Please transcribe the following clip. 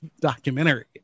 documentary